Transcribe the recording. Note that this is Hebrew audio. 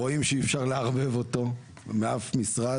רואים שאי אפשר לערבב אותו מאף משרד,